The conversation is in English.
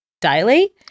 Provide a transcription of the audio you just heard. dilate